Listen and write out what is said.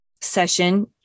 session